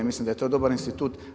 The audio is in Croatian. I mislim da je to dobar institut.